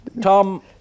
Tom